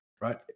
right